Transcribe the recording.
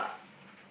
uh